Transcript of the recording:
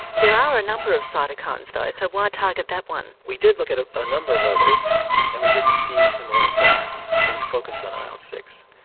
there are a number of cytokines though, so why target that one? we did look at ah a number of others and we didn't see similar effects, so we focused on il ah six.